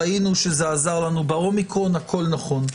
ראינו שזה עזר לנו באומיקרון הכול נכון.